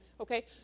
Okay